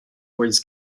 words